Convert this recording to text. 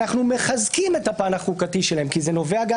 אנחנו מחזקים את הפן החוקתי שלהם כי זה נובע גם